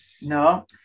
No